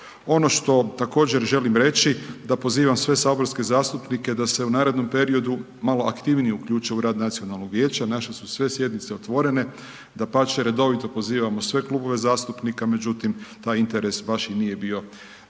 Ono što također želim reći, da pozivam sve saborske zastupnike, da se u narednom periodu malo aktivnije uključe u rad Nacionalnog vijeća, naše su sve sjednice otvorene, dapače redovito pozivamo sve klubove zastupnike, međutim, taj interes baš i nije bio tako